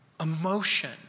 emotion